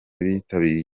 bitabiriye